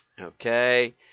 Okay